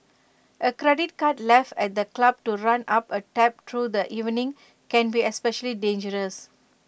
A credit card left at the club to run up A tab through the evening can be especially dangerous